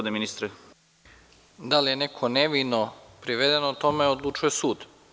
Da li je neko nevino priveden, o tome odlučuje sud.